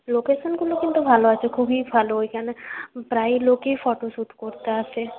লোকেশনগুলো কিন্তু ভালো আছে খুবই ভালো ওইখানে প্রায় লোকই ফটোশ্যুট করতে আসে